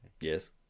Yes